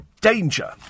Danger